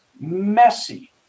messy